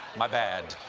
my bad.